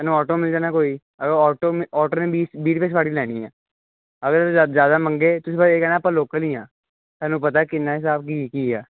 ਤੁਹਾਨੂੰ ਆਟੋ ਮਿਲ ਜਾਣਾ ਕੋਈ ਆਟੋ ਮਨੇ ਵੀਹ ਰੁਪਏ ਸਵਾਰੀ ਲੈਣੀ ਹੈ ਅਗਰ ਜ਼ਿਆਦਾ ਮੰਗੇ ਤੁਸੀਂ ਫਿਰ ਇਹ ਕਹਿਣਾ ਆਪਾਂ ਲੋਕਲ ਹੀ ਆ ਸਾਨੂੰ ਪਤਾ ਕਿੰਨਾ ਹਿਸਾਬ ਕੀ ਕੀ ਆ